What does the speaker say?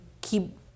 keep